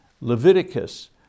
Leviticus